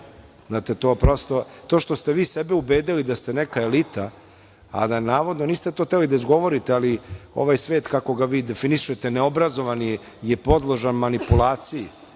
Znate, to što ste vi sebe ubedili da ste neka elita, a da navodno niste to hteli da izgovorite, ali ovaj svet, kako ga vi definišete, neobrazovani je podložan manipulaciji,